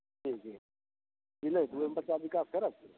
जी जी की नहि तऽ ओहिमे बच्चा बिकास करत